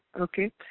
okay